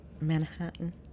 Manhattan